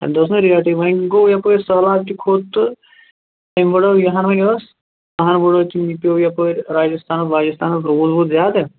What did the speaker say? تَمہِ دۄہ ٲس نا ریٹٕے وۅنۍ گوٚو یَپٲرۍ سہلاب تہِ کھوٚت تہٕ أمۍ بڑٲو یِہَن وۅنۍ ٲس تَہن بڑٲو تمٔۍ یہِ پیٚوو یَپٲرۍ راجَستھانَس واجَستھانَس روٗد ووٗد زیادٕ